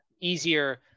easier